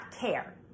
care